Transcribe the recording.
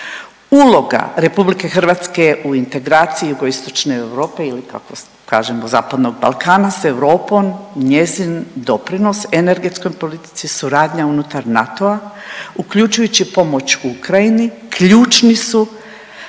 Uloga Republike Hrvatske je u integraciji jugoistočne Europe ili kako kažemo Zapadnog Balkana sa Europom njezin doprinos energetskoj politici, suradnja unutar NATO-a uključujući pomoć Ukrajini ključni su